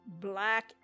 black